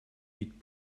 mit